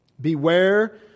Beware